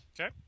Okay